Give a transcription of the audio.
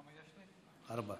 כבוד